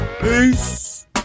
Peace